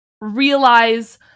realize